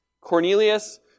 Cornelius